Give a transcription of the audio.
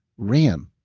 ran.